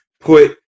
put